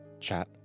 chat